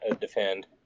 defend